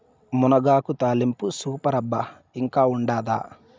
మునగాకు తాలింపు సూపర్ అబ్బా ఇంకా ఉండాదా